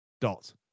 dot